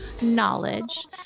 knowledge